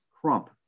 Crump